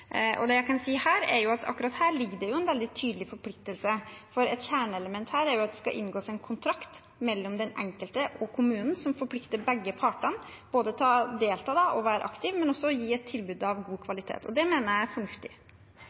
Det jeg kan si, er at akkurat her ligger det en veldig tydelig forpliktelse. Et kjerneelement her er jo at det skal inngås en kontrakt mellom den enkelte og kommunen, som forplikter begge partene, både til å delta, til å være aktiv og til å gi et tilbud av god kvalitet. Det mener jeg er fornuftig.